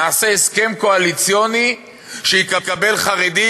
נעשה הסכם קואליציוני שיקבל חרדי,